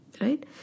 Right